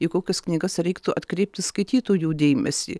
į kokias knygas reiktų atkreipti skaitytojų dėmesį